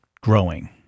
growing